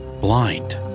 Blind